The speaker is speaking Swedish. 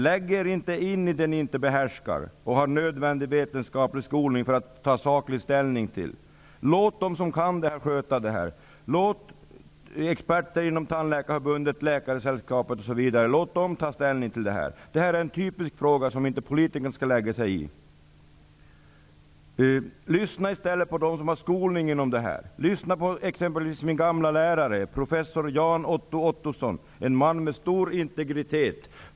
Lägg er inte i det ni inte behärskar! Ni behöver ha nödvändig vetenskaplig skolning för att kunna ta ställning i sakfrågan. Låt dem som kan frågan sköta det hela. Låt experter inom Tandläkarförbundet och Läkaresällskapet ta ställning. Det här är en typisk fråga som politikerna inte skall lägga sig i. Lyssna i stället på dem som har skolning på området. Lyssna på t.ex. min gamla lärare, professor Jan-Otto Ottosson, en man med stor integritet.